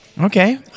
Okay